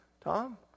Tom